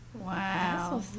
Wow